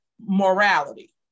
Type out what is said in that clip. morality